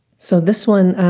so this one